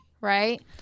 right